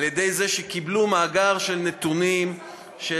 על-ידי זה שקיבלו מאגר של נתונים של